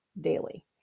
daily